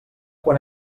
quan